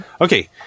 okay